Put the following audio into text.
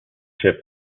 ship